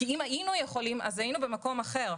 כי אם היינו יכולים אז היינו במקום אחר.